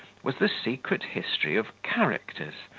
was the secret history of characters,